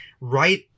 right